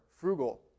frugal